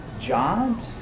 jobs